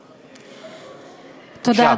תודה,